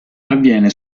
avviene